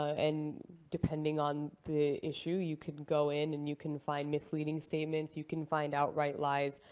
and depending on the issue, you can go in and you can find misleading statements. you can find outright lies.